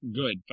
good